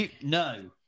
No